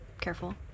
careful